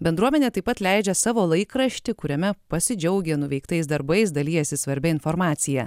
bendruomenė taip pat leidžia savo laikraštį kuriame pasidžiaugia nuveiktais darbais dalijasi svarbia informacija